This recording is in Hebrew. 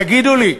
תגידו לי,